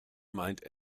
meint